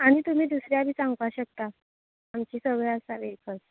आनी तुमी दुसऱ्या बी सांगपा शकता आमचे सगळे आसा वेहीकल